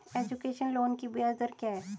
Education loan की ब्याज दर क्या है?